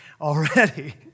already